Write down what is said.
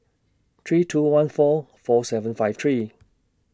three two one four four seven five three